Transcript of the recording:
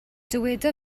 dyweda